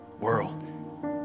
world